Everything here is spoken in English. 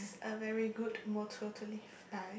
a very good motto to live by